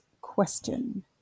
question